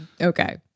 Okay